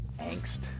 Angst